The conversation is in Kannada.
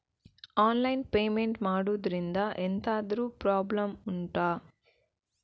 ಆನ್ಲೈನ್ ಪೇಮೆಂಟ್ ಮಾಡುದ್ರಿಂದ ಎಂತಾದ್ರೂ ಪ್ರಾಬ್ಲಮ್ ಉಂಟಾ